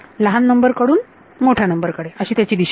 लहान नंबर कडून मोठ्या नंबर कडे अशी त्याची दिशा आहे